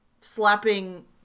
slapping